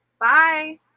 Bye